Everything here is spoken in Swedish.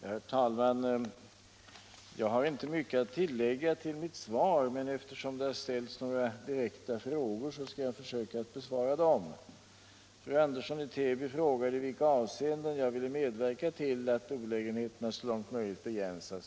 Herr talman! Jag har inte mycket att tillägga till mitt svar, men eftersom det har ställts några direkta frågor skall jag försöka att besvara dem. Fru Andersson i Täby frågade i vilka avseenden jag ville medverka till att olägenheterna så långt möjligt begränsas.